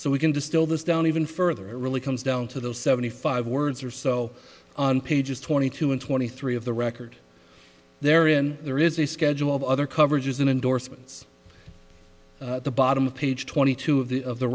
so we can distill this down even further it really comes down to those seventy five words or so on pages twenty two and twenty three of the record there in there is a schedule of other coverages and endorsements the bottom of page twenty two of the of the